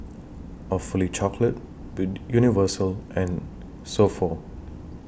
Awfully Chocolate Universal and So Pho